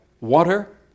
water